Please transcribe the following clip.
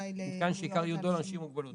--- מתקן שעיקר ייעודו לאנשים עם מוגבלות,